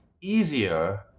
easier